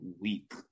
week